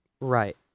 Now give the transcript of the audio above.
right